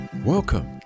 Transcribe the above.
Welcome